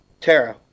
Tara